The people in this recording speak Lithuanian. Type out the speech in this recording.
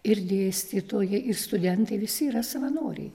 ir dėstytojai ir studentai visi yra savanoriai